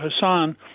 Hassan